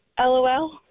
LOL